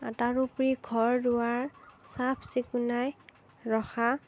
তাৰোপৰি ঘৰ দুৱাৰ চাফ চিকুণাই ৰখা